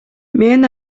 мен